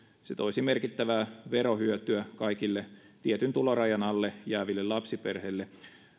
se toisi merkittävää verohyötyä kaikille tietyn tulorajan alle jääville lapsiperheille